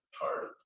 hard